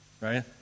right